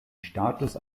status